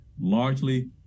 largely